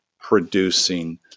producing